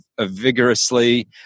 vigorously